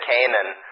Canaan